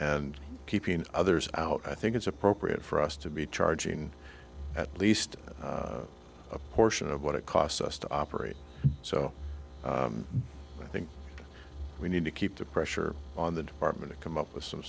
and keeping others out i think it's appropriate for us to be charging at least a portion of what it costs us to operate so i think we need to keep the pressure on the department to come up with some